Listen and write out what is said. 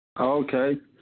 Okay